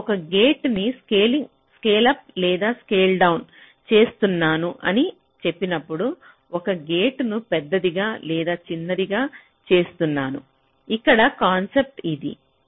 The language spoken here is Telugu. నేను ఒక గేటును స్కేలింగ్ అప్ లేదా స్కేలింగ్ డౌన్ చేస్తున్నాను అని చెప్పినప్పుడు ఒక గేటును పెద్దదిగా లేదా చిన్నదిగా చేస్తున్నాను ఇక్కడి కాన్సెప్ట్ ఇది